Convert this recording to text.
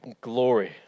glory